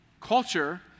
Culture